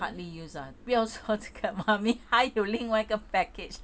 都 hardly use [one] 不要说这个 mummy 还有另外一个 package